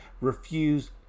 refuse